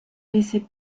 laisser